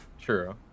True